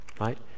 right